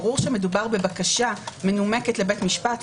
ברור שמדובר בבקשה מנומקת לבית המשפט.